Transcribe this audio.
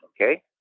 okay